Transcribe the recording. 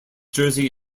jersey